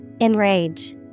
Enrage